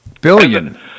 Billion